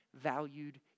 valued